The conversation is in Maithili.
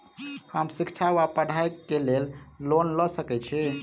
हम शिक्षा वा पढ़ाई केँ लेल लोन लऽ सकै छी?